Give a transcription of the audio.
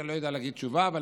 ואני לא יודע להגיד תשובה עליו,